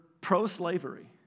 pro-slavery